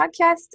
Podcast